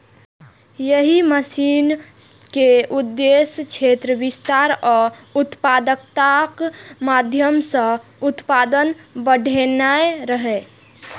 एहि मिशन के उद्देश्य क्षेत्र विस्तार आ उत्पादकताक माध्यम सं उत्पादन बढ़ेनाय रहै